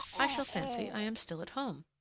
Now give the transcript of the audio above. i shall fancy i am still at home.